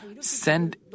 send